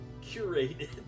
curated